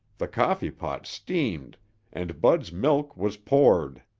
the coffeepot steamed and bud's milk was poured.